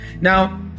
Now